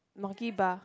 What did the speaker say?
Monkey Bar